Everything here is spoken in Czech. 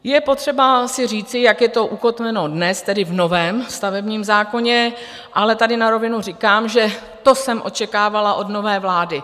Je potřeba si říci, jak je to ukotveno dnes, tedy v novém stavebním zákoně, ale tady na rovinu říkám, že to jsem očekávala od nové vlády.